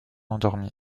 endormi